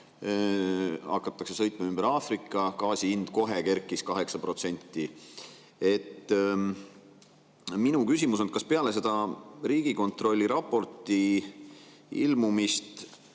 hakatakse sõitma ümber Aafrika. Gaasi hind kohe kerkis 8%.Minu küsimus on selline. Kas peale selle Riigikontrolli raporti ilmumist